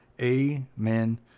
amen